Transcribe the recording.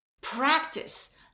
practice